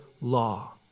law